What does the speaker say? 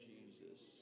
Jesus